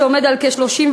שעומד על כ-31%,